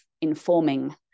informing